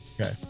Okay